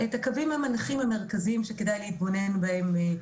את הקווים המנחים המרכזיים שכדאי להתבונן בהם,